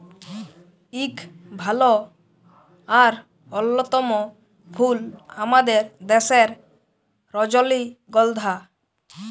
ইক ভাল আর অল্যতম ফুল আমাদের দ্যাশের রজলিগল্ধা